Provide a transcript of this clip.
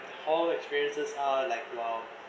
hall experiences are like wild